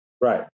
Right